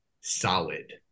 solid